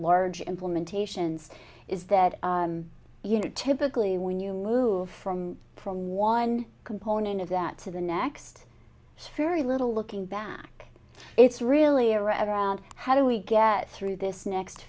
large implementations is that you know typically when you move from one component of that to the next so very little looking back it's really around how do we get through this next